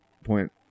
point